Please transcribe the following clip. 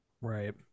Right